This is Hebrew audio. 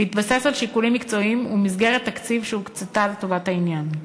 בהתבסס על שיקולים מקצועיים ובמסגרת תקציב שהוקצה לטובת העניין.